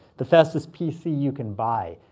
the fastest pc you can buy,